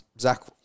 Zach